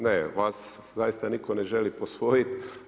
Ne, vaš zaista nitko ne želi posvojiti.